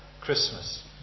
Christmas